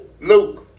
Luke